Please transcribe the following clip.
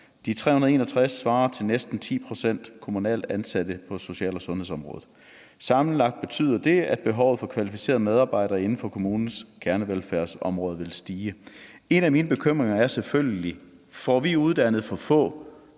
De 361 svarer til næsten 10 pct. kommunalt ansatte på social- og sundhedsområdet. Sammenlagt betyder det, at behovet for kvalificerede medarbejdere inden for kommunernes kernevelfærdsområder vil stige. En af mine bekymringer er selvfølgelig: Får vi uddannet for få